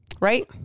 right